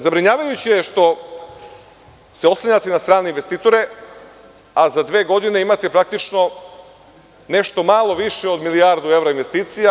Zabrinjavajuće je to što se oslanjate na strane investitore, a za dve godine imate praktično nešto malo više od milijardu evra investicija.